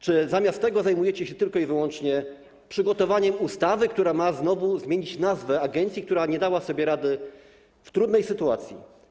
Czy zamiast tego zajmujecie się wyłącznie przygotowaniem ustawy, która ma znowu zmienić nazwę agencji, która nie dała sobie rady w trudnej sytuacji?